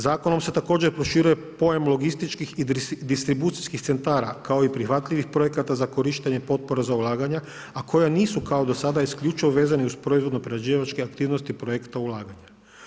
Zakonom se također proširuje pojam logističkih i distribucijskih centara kao i prihvatljivih projekata za korištenje potpora za ulaganja a koja nisu kao do sada isključivo vezani uz proizvodno prerađivačke aktivnosti projekta ulaganja.